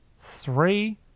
Three